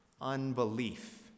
unbelief